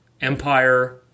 Empire